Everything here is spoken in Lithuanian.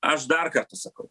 aš dar kartą sakau